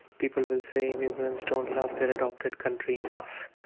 people who say immigrants don't love their adopted country enough,